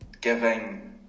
giving